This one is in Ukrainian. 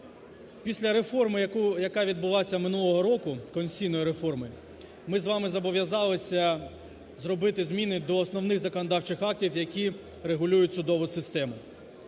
Після реформи, яка відбулась минулого року, конституційної реформи, ми з вами зобов'язались зробити зміни до основних законодавчих актів, які регулюють судову систему.